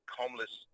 homeless